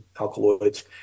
alkaloids